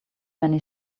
many